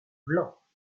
blancs